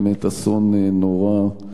באמת אסון נורא,